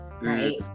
right